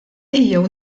ejjew